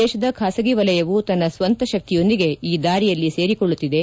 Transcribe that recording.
ದೇಶದ ಖಾಸಗಿ ವಲಯವು ತನ್ನ ಸ್ವಂತ ಶಕ್ತಿಯೊಂದಿಗೆ ಈ ದಾರಿಯಲ್ಲಿ ಸೇರಿಕೊಳ್ಳುತ್ತಿದೆ